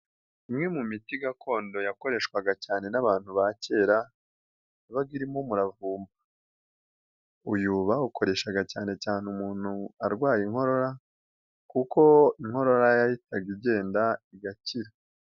Imwe mu miti gakondo yakoreshwaga cyane n'abantu ba kera yabaga irimo umuravumba, uyu bawukoreshaga cyane cyane umuntu arwaye inkorora kuko inkorora yahitaga igenda igakira.